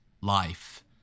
life